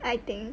I think